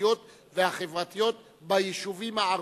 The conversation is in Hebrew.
הכלכליות והחברתיות ביישובים הערביים,